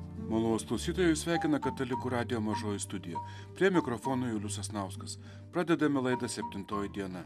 malonūs klausytojai jus sveikina katalikų radijo mažoji studija prie mikrofono julius sasnauskas pradedame laidą septintoji diena